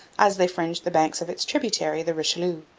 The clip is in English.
as they fringed the banks of its tributary, the richelieu.